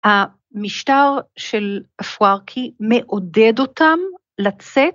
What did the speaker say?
המשטר של אפוארקי מעודד אותם לצאת.